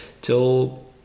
till